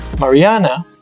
Mariana